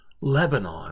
Lebanon